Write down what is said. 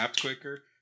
quicker